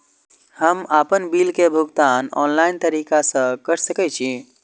हम आपन बिल के भुगतान ऑनलाइन तरीका से कर सके छी?